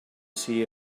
see